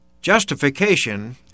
Justification